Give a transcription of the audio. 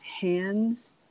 hands